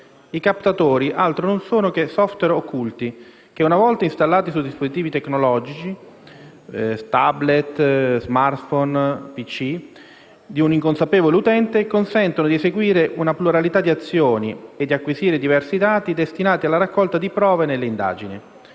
I captatori altro non sono che *software* occulti che, una volta istallati sui dispositivi tecnologici (*tablet, smartphone, personal computer*) di un inconsapevole utente, consentono di eseguire una pluralità di azioni e di acquisire diversi dati, destinati alla raccolta di prove nelle indagini.